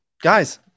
guys